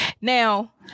Now